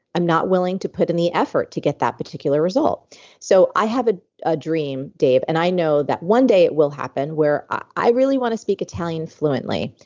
i'm not willing to put in the effort to get that particular result so i have a ah dream, dave, and i know that one day it will happen. where i really want to speak italian fluently.